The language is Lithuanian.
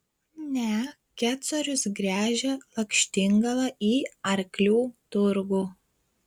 ne kecorius gręžia lakštingalą į arklių turgų